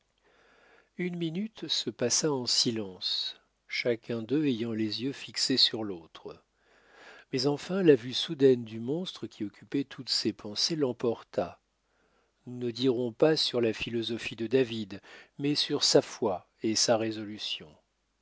une minute se passa en silence chacun d'eux ayant les yeux fixés sur l'autre mais enfin la vue soudaine du monstre qui occupait toutes ses pensées l'emporta nous ne dirons pas sur la philosophie de david mais sur sa foi et sa résolution